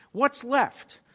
what's left?